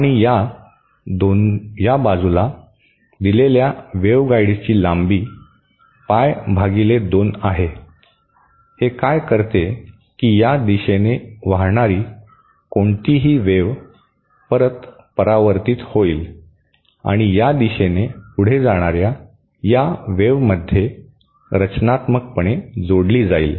आणि या बाजूला दिलेल्या वेव्हगाइडची लांबी पाय भागिले दोन आहे हे काय करते की या दिशेने वाहणारी कोणतीही वेव्ह परत परावर्तीत होईल आणि या दिशेने पुढे जाणाऱ्या या वेव्हमध्ये रचनात्मकपणे जोडली जाईल